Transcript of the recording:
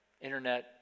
internet